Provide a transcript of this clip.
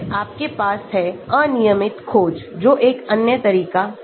फिर आपके पास है अनियमित खोज जो एक अन्यतरीका है